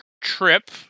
trip